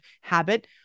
habit